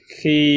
Khi